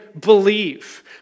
believe